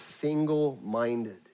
single-minded